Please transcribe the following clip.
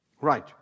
Right